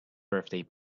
birthday